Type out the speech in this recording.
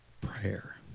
Prayer